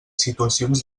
situacions